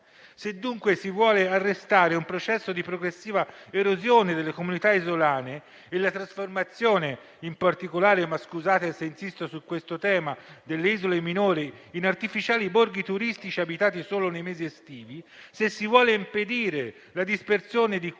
Se dunque si vuole arrestare un processo di progressiva erosione delle comunità isolane e in particolare la trasformazione delle isole minori - scusate se insisto su questo tema - in artificiali borghi turistici abitati solo nei mesi estivi, se si vuole impedire la dispersione di